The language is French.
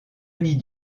nie